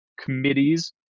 Committees